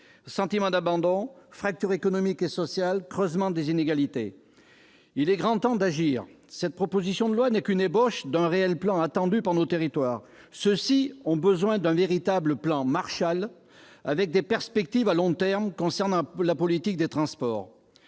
sentiment d'abandon, fractures économiques et sociales, creusement des inégalités. Il est grand temps d'agir. Cette proposition de loi n'est que l'ébauche d'un réel plan attendu par nos territoires. Ceux-ci ont besoin d'un véritable plan Marshall, avec des perspectives à long terme concernant la politique des transports.